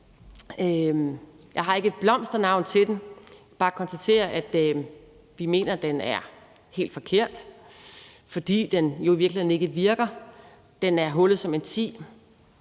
Jeg har ikke et blomsternavn til den, men jeg kan bare konstatere, at vi mener, den er helt forkert, for den virker jo i virkeligheden ikke. Den er hullet som en si.